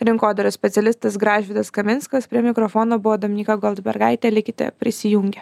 rinkodaros specialistas gražvydas kaminskas prie mikrofono buvo dominyka goldbergaitė likite prisijungę